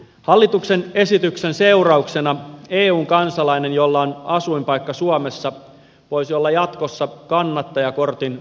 hallituksen esityksen seurauksena eun kansalainen jolla on asuinpaikka suomessa voisi olla jatkossa kannattajakortin allekirjoittajana